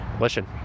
listen